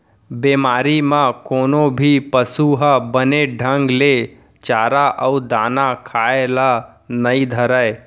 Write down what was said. बेमारी म कोनो भी पसु ह बने ढंग ले चारा अउ दाना खाए ल नइ धरय